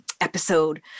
episode